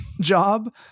job